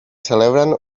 celebren